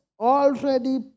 already